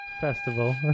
festival